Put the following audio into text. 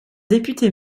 député